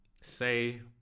Say